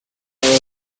are